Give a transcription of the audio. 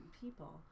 people